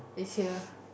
this year